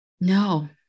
No